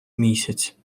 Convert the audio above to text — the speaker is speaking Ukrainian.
місяць